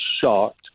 shocked